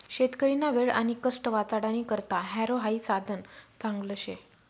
शेतकरीना वेळ आणि कष्ट वाचाडानी करता हॅरो हाई साधन चांगलं शे